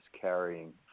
carrying